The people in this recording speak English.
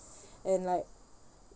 and like